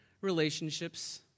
relationships